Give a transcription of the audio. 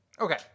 Okay